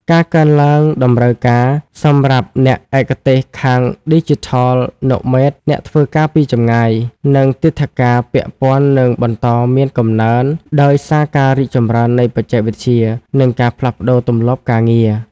ការកើនឡើងតម្រូវការសម្រាប់អ្នកឯកទេសខាង Digital Nomads (អ្នកធ្វើការពីចម្ងាយ) និងទិដ្ឋាការពាក់ព័ន្ធនឹងបន្តមានកំណើន ដោយសារការរីកចម្រើននៃបច្ចេកវិទ្យា និងការផ្លាស់ប្តូរទម្លាប់ការងារ។